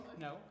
No